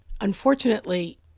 Unfortunately